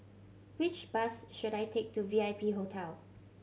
which bus should I take to V I P Hotel